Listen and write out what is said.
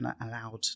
allowed